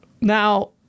now